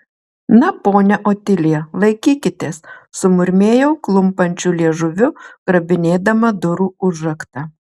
na ponia otilija laikykitės sumurmėjau klumpančiu liežuviu grabinėdama durų užraktą